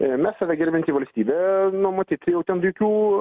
mes save gerbianti valstybė nu matyti jau ten jokių